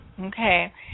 Okay